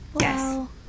yes